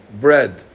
bread